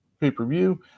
pay-per-view